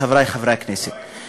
חברי חברי הכנסת,